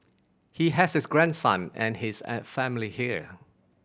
he has his grandson and his an family here